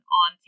on